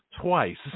twice